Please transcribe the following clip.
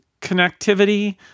connectivity